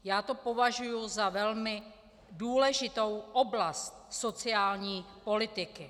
Já to považuji za velmi důležitou oblast sociální politiky.